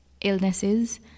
illnesses